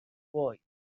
وای